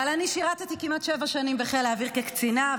אבל אני שירתי כמעט שבע שנים בחיל האוויר כקצינה,